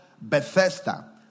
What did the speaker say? Bethesda